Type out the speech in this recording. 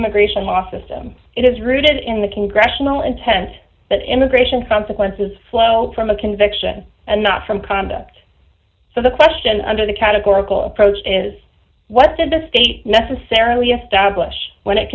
immigration law system it is rooted in the congressional intent that immigration consequences flow from a conviction and not from conduct so the question under the categorical approach is what did the state necessarily establish when it